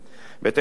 בהתאם להצעת החוק,